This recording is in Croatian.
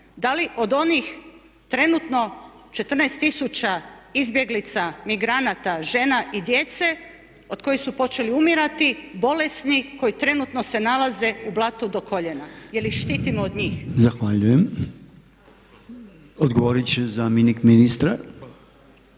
Da li od onih trenutno 14 tisuća izbjeglica, migranata, žena i djece od kojih su počeli umirati, bolesni, koji trenutno se nalaze u blatu do koljena? Je li ih štitimo od njih?